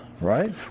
right